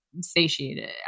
satiated